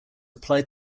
applied